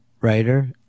writer